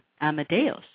Amadeus